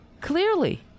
Clearly